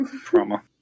Trauma